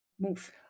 move